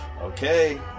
okay